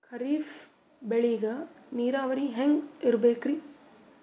ಖರೀಫ್ ಬೇಳಿಗ ನೀರಾವರಿ ಹ್ಯಾಂಗ್ ಇರ್ಬೇಕರಿ?